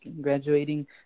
graduating